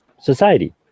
society